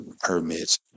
permits